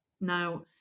Now